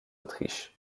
autriche